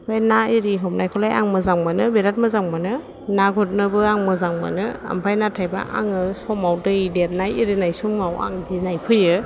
बे ना एरि हमनायखौलाय आं मोजां मोनो बिराद मोजां मोनो ना गुरनोबो आं मोजां मोनो ओमफ्राय नाथायबा आङो समाव दै देरनाय एरिनाय समाव आं गिनाय फैयो